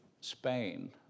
Spain